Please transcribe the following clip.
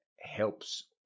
helps